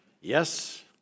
Yes